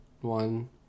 one